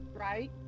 Right